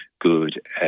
good